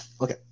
Okay